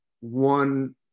one